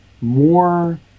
more